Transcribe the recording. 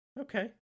okay